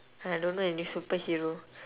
I don't know any superhero